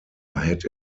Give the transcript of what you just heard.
had